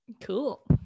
Cool